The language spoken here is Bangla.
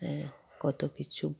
হ্যাঁ কত কিছু